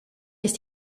ist